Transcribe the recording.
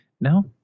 no